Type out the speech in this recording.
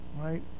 right